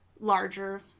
larger